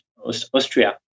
Austria